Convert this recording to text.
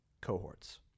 cohorts